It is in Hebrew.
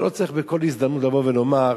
לא צריך בכל הזדמנות לבוא ולומר: